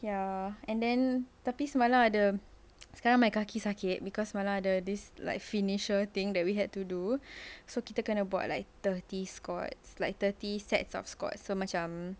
ya and then tapi semalam ada sekarang my kaki sakit because my mother this like finisher thing that we had to do so macam like thirty squats like thirty sets of squats so macam